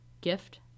gift